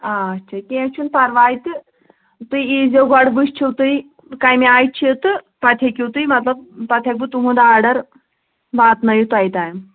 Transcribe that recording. آچھا کیٚنٛہہ چھُنہٕ پَرواے تہٕ تُہۍ ییٖزیو گۄڈٕ وٕچھِو تُہۍ کَمہِ آیہِ چھِ تہٕ پَتہٕ ہیٚکِو تُہۍ مطلب پَتہٕ ہیٚکہٕ بہٕ تُہُنٛد آرڈَر واتنٲیِتھ تۄہہِ تام